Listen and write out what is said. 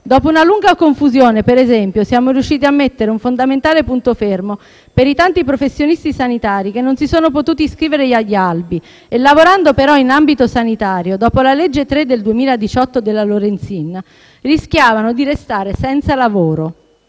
Dopo una lunga confusione, per esempio, siamo riusciti a mettere un fondamentale punto fermo per i tanti professionisti sanitari che non si sono potuti iscrivere agli albi e, lavorando però in ambito sanitario, dopo la legge n. 3 del 2018 della Lorenzin, rischiavano di restare senza lavoro.